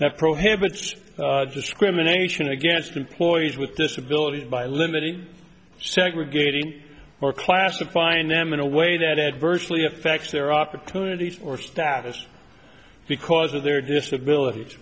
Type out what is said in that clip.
that prohibits discrimination against employees with disabilities by limiting segregating or classifying them in a way that adversely affects their opportunities or status because of their disabilit